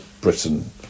britain